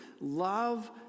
Love